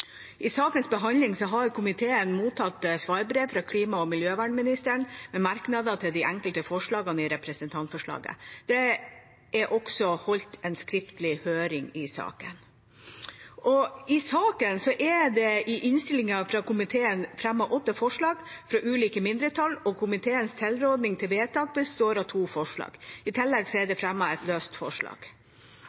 I sakens behandling har komiteen mottatt svarbrev fra klima- og miljøministeren med merknader til de enkelte forslagene i representantforslaget. Det er også holdt en skriftlig høring i saken. I saken er det, i innstillingen fra komiteen, fremmet åtte forslag fra ulike mindretall, og komiteens tilråding til vedtak består av to forslag. I tillegg er det fremmet et løst forslag.